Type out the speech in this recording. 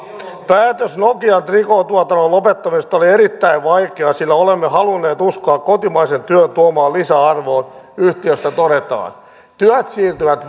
päätös nokian trikootuotannon lopettamisesta oli erittäin vaikea sillä olemme halunneet uskoa kotimaisen työn tuomaan lisäarvoon yhtiöstä todetaan työt siirtyvät